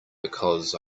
because